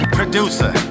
producer